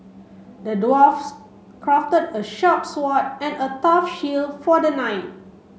the dwarfs crafted a sharp sword and a tough shield for the knight